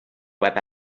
web